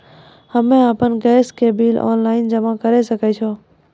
हम्मे आपन गैस के बिल ऑनलाइन जमा करै सकै छौ?